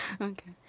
Okay